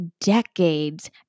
decades